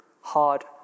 hard